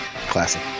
Classic